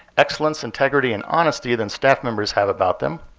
excellence, integrity, and honesty than staff members have about them.